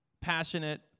Passionate